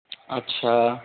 अच्छा